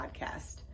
Podcast